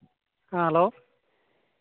ᱦᱮᱸ ᱦᱮᱞᱳ